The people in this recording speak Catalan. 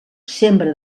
sembra